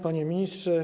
Panie Ministrze!